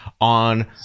on